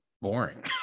boring